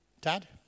Dad